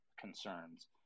concerns